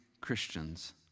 Christians